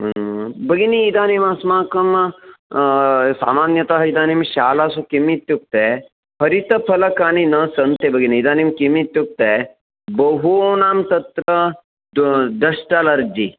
भगिनी इदानीम् अस्माकं सामान्यतः इदानीं शालासु किमित्युक्ते हरितफलकानि न सन्ति भगिनी इदानीं किमित्युक्ते बहूनां तत्र डस्ट् अलर्जी